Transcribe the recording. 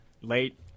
late